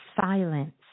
silence